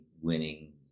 winning